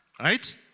Right